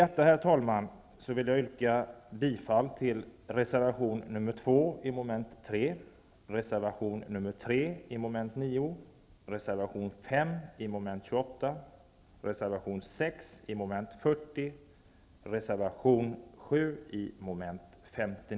Med det anförda vill jag yrka bifall till reservation 2 i mom. 3, reservation 3 i mom. 9, reservation 5 i mom. 28, reservation 6 i mom. 40